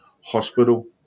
hospital